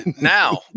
Now